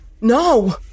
No